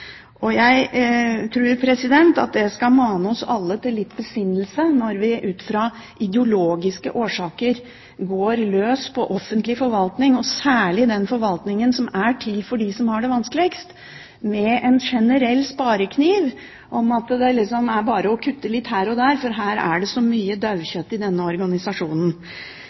Jeg tror det bør mane oss alle til litt besinnelse når vi ut fra ideologiske årsaker går løs på offentlig forvaltning, og særlig på den forvaltningen som er til for dem som har det vanskeligst, med en generell sparekniv – at det liksom bare er å kutte litt her og der, for i denne organisasjonen er det så mye